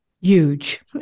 huge